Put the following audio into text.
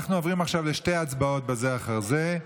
אנחנו עוברים עכשיו לשתי הצבעות צמודות זו אחר זו.